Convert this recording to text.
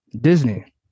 disney